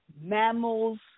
mammals